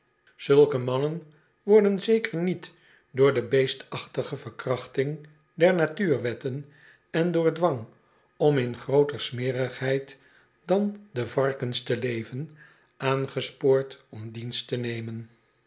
zulke mannen worden zeker niet door de beestachtige verkrachting der natuurwetten endoor dwang om in grooter smerigheid dan de varkens te leven aangespoord om dienst te nemen